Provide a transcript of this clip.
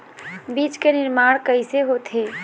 बीज के निर्माण कैसे होथे?